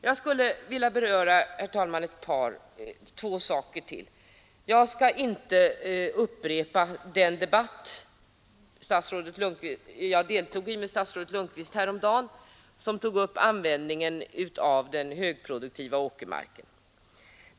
Jag skulle vilja beröra, herr talman, två saker till. Jag skall inte upprepa den debatt med statsrådet Lundkvist som jag deltog i häromdagen och som rörde användningen av den högproduktiva åkermarken.